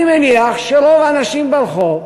אני מניח שרוב האנשים ברחוב